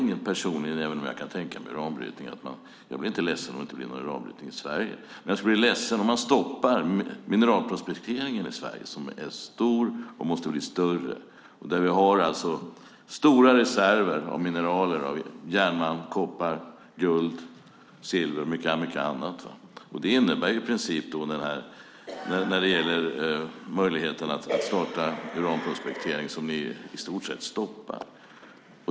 Även om jag kan tänka mig uranbrytning blir jag inte ledsen om det inte blir någon uranbrytning i Sverige. Men jag skulle bli ledsen om man stoppade mineralprospekteringen i Sverige, som är stor och måste bli större. Vi har alltså stora reserver av mineraler - järnmalm, koppar, guld, silver och mycket annat. Detta innebär i princip att ni i stort sett stoppar möjligheten att starta uranprospektering.